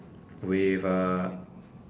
with a